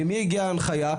ממי הגיעה הנחיה,